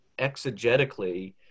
exegetically